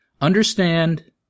Understand